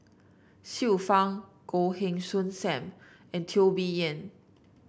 Xiu Fang Goh Heng Soon Sam and Teo Bee Yen